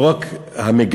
לא רק המגדלים,